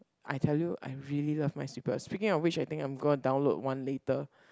I tell you I really love Minesweeper speaking of which I think I'm going to download one later